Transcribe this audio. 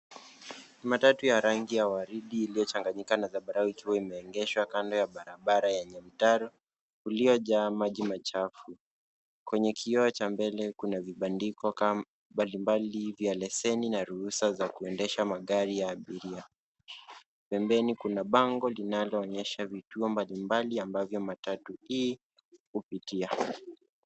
Matatu ya rangi ya waridi iliyochanganyika na zambarau ikiwa imeegeshwa kando ya barabara yenye mtaro uliojaa maji machafu. Kwenye kioo cha mbele, kuna vibandiko mbalimbali vya leseni na ruhusa za kuendesha magari ya abiria. Pembeni kuna bango linaloonyesha vituo mbalimbali ambavyo matatu hii hupitia.